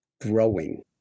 growing